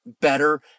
better